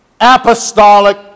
apostolic